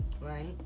right